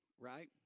right